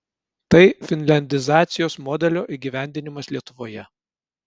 tai finliandizacijos modelio įgyvendinimas lietuvoje